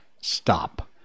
stop